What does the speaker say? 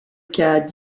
cas